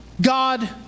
God